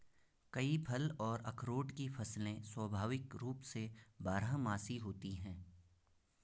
कई फल और अखरोट की फसलें स्वाभाविक रूप से बारहमासी होती हैं